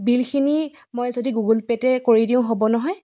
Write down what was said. বিলখিনি মই যদি গুগুল পে'তে কৰি দিওঁ হ'ব নহয়